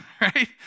right